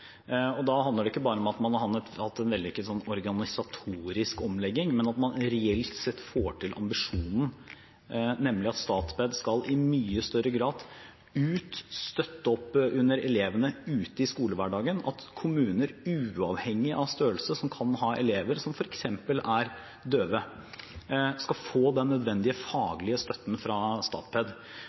Da handler det ikke bare om at man har hatt en vellykket organisatorisk omlegging, men at man reelt sett når ambisjonen, nemlig at Statped i mye større grad skal ut, støtte opp under elevene ute i skolehverdagen, at kommuner, uavhengig av størrelse, som kan ha elever som f.eks. er døve, skal få den nødvendige faglige støtten fra Statped.